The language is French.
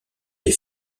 des